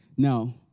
Now